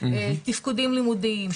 תפקודים לימודיים,